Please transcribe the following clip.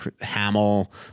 Hamill